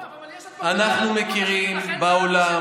לא, גם אני, אנחנו מכירים בעולם,